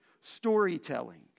storytelling